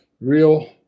real